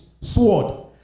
sword